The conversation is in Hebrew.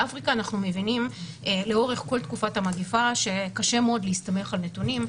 באפריקה אנחנו מבינים לאורך כל תקופת המגפה שקשה מאוד להסתמך על נתונים.